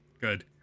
good